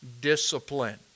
discipline